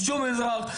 שום אזרח,